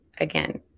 again